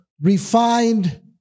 refined